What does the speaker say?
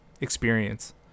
experience